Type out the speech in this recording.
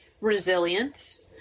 resilience